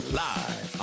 live